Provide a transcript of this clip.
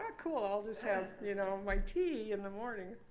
ah cool. i'll just have you know my tea in the morning.